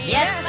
Yes